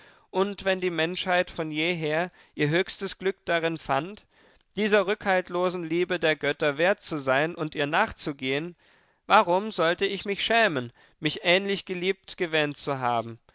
und wenn die menschheit von jeher ihr höchstes glück darin fand dieser rückhaltlosen liebe der götter wert zu sein und ihr nachzugehen warum sollte ich mich schämen mich ähnlich geliebt gewähnt zu haben